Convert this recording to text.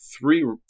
three